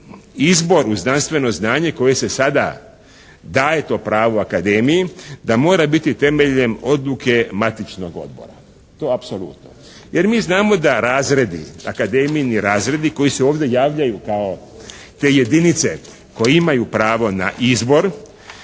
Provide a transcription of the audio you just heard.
izbor u znanstveno znanje koje se sada daje to pravo akademiji da mora biti temeljem odluke matičnog odbora, to apsolutno jer mi znamo da razredi, akademijini razredi koji se ovdje javljaju kao te jedinice koje imaju pravo na izbor